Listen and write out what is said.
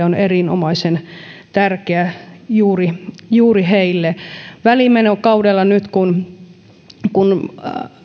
on erinomaisen tärkeä juuri juuri heille välimenokaudella nyt kun kun